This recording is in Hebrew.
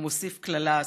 והוא מוסיף קללה עסיסית.